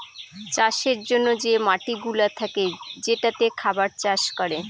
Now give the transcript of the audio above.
চাষের জন্যে যে মাটিগুলা থাকে যেটাতে খাবার চাষ করে